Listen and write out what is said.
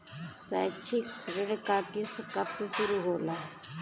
शैक्षिक ऋण क किस्त कब से शुरू होला?